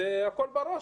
הכול בראש.